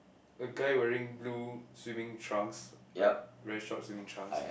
a guy wearing blue swimming trunks like very short swimming trunks